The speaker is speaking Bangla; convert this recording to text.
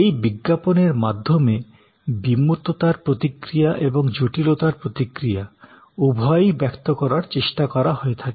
এই বিজ্ঞাপনের মাধ্যমে বিমূর্ততার প্রতিক্রিয়া এবং জটিলতার প্রতিক্রিয়া উভয়ই ব্যক্ত করার চেষ্টা করা হয় থাকে